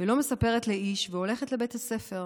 לא מספרת לאיש והולכת לבית הספר,